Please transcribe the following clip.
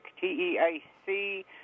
T-E-A-C